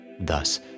Thus